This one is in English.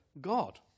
God